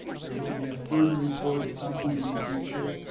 there will be a further report at some point in the future.